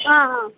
ಹಾಂ ಹಾಂ